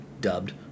dubbed